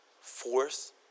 force